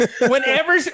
Whenever